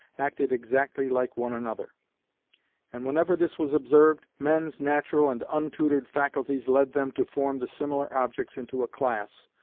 acted exactly like one another and whenever this was observed, men's natural and untutored faculties led them to form the similar objects into a class,